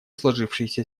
сложившейся